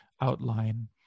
outline